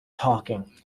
talking